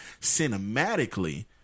Cinematically